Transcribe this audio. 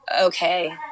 okay